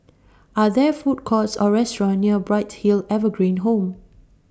Are There Food Courts Or restaurants near Bright Hill Evergreen Home